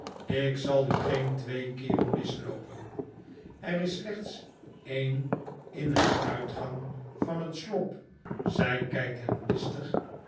ik zal u geen twee keeren misloopen er is slechts een in en uitgang van het slop zij kijkt hem listig